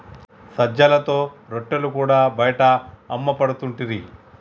సజ్జలతో రొట్టెలు కూడా బయట అమ్మపడుతుంటిరి